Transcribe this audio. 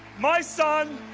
my son,